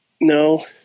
No